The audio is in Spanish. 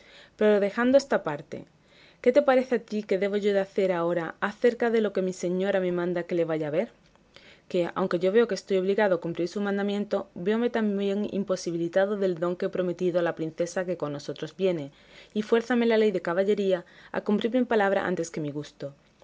pero dejando esto aparte qué te parece a ti que debo yo de hacer ahora cerca de lo que mi señora me manda que la vaya a ver que aunque yo veo que estoy obligado a cumplir su mandamiento véome también imposibilitado del don que he prometido a la princesa que con nosotros viene y fuérzame la ley de caballería a cumplir mi palabra antes que mi gusto